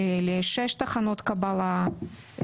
לשש תחנות קבלה,